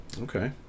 Okay